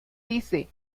dice